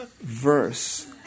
verse